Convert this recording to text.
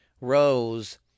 Rose